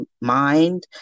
mind